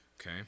okay